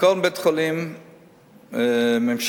כל בית-חולים ממשלתי,